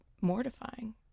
mortifying